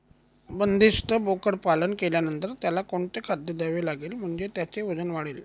बंदिस्त बोकडपालन केल्यानंतर त्याला कोणते खाद्य द्यावे लागेल म्हणजे त्याचे वजन वाढेल?